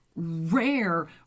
rare